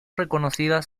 reconocidas